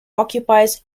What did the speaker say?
occupies